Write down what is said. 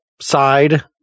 side